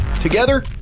Together